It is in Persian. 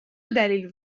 دلیل